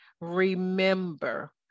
remember